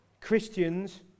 Christians